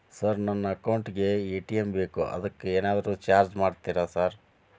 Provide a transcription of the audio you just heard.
Sir ನನ್ನ account ಗೇ ATM ಬೇಕು ಅದಕ್ಕ ಏನಾದ್ರು ಚಾರ್ಜ್ ಮಾಡ್ತೇರಾ ಸರ್?